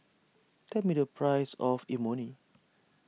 tell me the price of Imoni